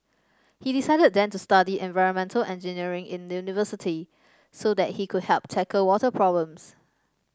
he decided then to study environmental engineering in university so that he could help tackle water problems